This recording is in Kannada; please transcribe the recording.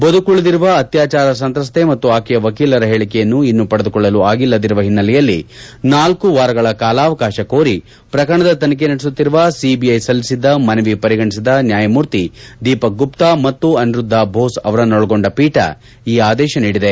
ಬದುಕುಳಿದಿರುವ ಅತ್ಯಾಚಾರ ಸಂತ್ರಸ್ದೆ ಮತ್ತು ಆಕೆಯ ವಕೀಲರ ಹೇಳಿಕೆಯನ್ನು ಇನ್ನೂ ಪಡೆದುಕೊಳ್ಳಲು ಆಗಿಲ್ಲದಿರುವ ಹಿನ್ನೆಲೆಯಲ್ಲಿ ನಾಲ್ಕುವಾರಗಳ ಕಾಲಾವಕಾಶ ಕೋರಿ ಪ್ರಕರಣದ ತನಿಖೆ ನಡೆಸುತ್ತಿರುವ ಸಿಬಿಐ ಸಲ್ಲಿಸಿದ್ದ ಮನವಿ ಪರಿಗಣಿಸಿದ ನ್ಯಾಯಮೂರ್ತಿ ದೀಪಕ್ ಗುಪ್ತಾ ಮತ್ತು ಅನಿರುದ್ದಾ ಭೋಸ್ ಅವರನ್ನೊಳಗೊಂಡ ಪೀಠ ಈ ಆದೇಶ ನೀಡಿದೆ